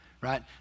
right